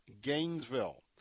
Gainesville